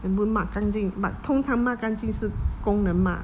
全部抹干净 but 通常抹干净是工人 mah